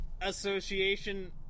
Association